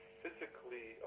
physically